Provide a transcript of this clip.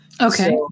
Okay